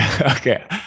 Okay